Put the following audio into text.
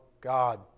God